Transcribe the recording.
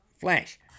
flash